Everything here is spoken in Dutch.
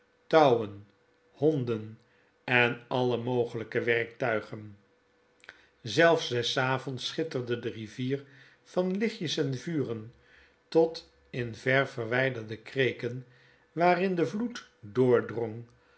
touwen honden en alle mogelpe werktuigen zelfs des avonds schitterde de rivier van lichtjes en vuren tot in ver verwijderde kreeken waarin devloed